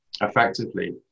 effectively